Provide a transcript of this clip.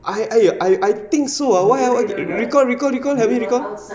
I I think so ah why ah recall recall recall help me recall